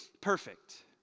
perfect